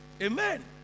Amen